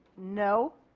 no.